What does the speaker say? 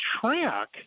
track